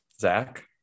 Zach